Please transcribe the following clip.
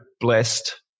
blessed